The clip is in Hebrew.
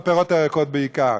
והפירות והירקות בעיקר,